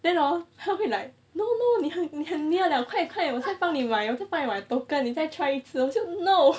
then hor 他会 like no no 你很 near liao 快点快点我在帮你买我在帮你买 token 你在 try 一次我就 no